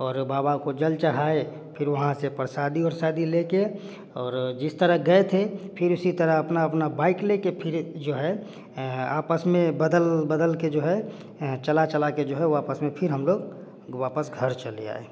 और बाबा को जल चढ़ाए फिर वहाँ से प्रसाद ओरसादी ले कर और जिस तरह गए थे फिर उसी तरह अपना अपना बाइक लेके फिर जो है आपस में बदल बदल के जो है चला चलाके जो है वापस में फिर हम लोग वापस घर चले आए